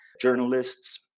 journalists